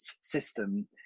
system